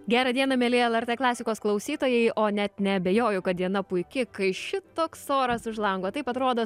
gerą dieną mieli lrt klasikos klausytojai o net neabejoju kad diena puiki kai šitoks oras už lango taip atrodo